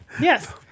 yes